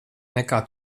nekā